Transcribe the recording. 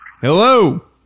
Hello